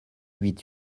huit